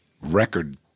record